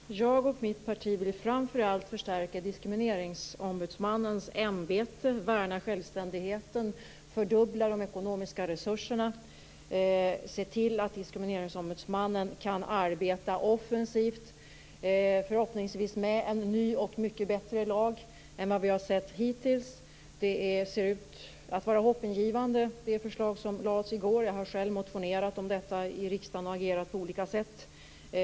Fru talman! Jag och mitt parti vill framför allt förstärka Diskrimineringsombudsmannens ämbete, värna självständigheten, fördubbla de ekonomiska resurserna och se till att Diskrimineringsombudsmannen kan arbeta offensivt, förhoppningsvis med en ny och mycket bättre lag än vad vi har sett hittills. Det förslag som lades fram i går ser ut att vara hoppingivande. Jag har själv motionerat i riksdagen om detta och agerat på olika sätt.